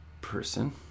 person